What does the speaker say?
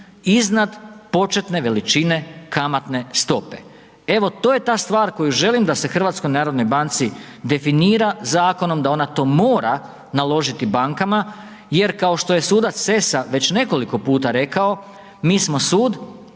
iznad početne veličine kamatne stope. Evo to je ta stvar koju želim da se HNB-u definira zakonom da ona to mora naložiti bankama jer kao što je sudac Sesa već nekoliko puta rekao, mi smo sud,